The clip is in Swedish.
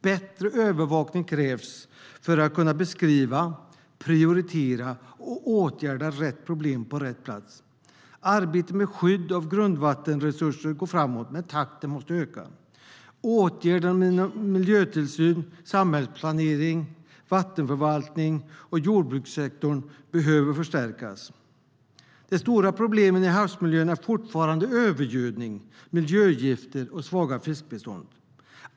Bättre övervakning krävs för att kunna beskriva, prioritera och åtgärda rätt problem på rätt plats. Arbetet med skydd av grundvattenresurser går framåt, men takten måste öka. Åtgärder inom miljötillsyn, samhällsplanering, vattenförvaltning och jordbrukssektorn behöver förstärkas. De stora problemen i havsmiljön är fortfarande övergödning, miljögifter och svaga fiskbestånd.